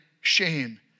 shame